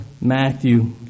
Matthew